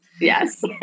Yes